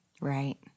Right